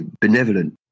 benevolent